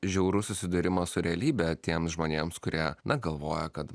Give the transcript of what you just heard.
žiaurus susidūrimas su realybe tiems žmonėms kurie galvoja kad